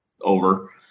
over